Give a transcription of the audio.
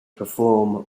perform